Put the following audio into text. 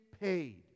paid